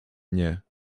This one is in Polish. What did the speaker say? nie